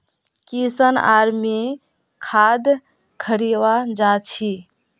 किशन आर मी खाद खरीवा जा छी